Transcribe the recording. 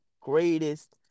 greatest